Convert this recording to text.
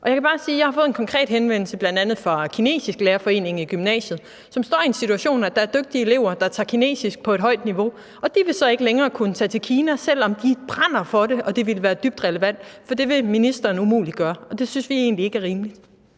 jeg har fået en konkret henvendelse fra bl.a. kinesisklærerforeningen i gymnasiet, som står i den situation, at der er dygtige elever, der tager kinesisk på et højt niveau, og som så ikke længere vil kunne tage til Kina, selv om de brænder for det og det ville være dybt relevant. For det vil ministeren umuliggøre, og det synes vi egentlig ikke er rimeligt.